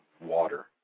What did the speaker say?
water